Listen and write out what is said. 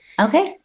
Okay